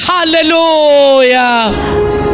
Hallelujah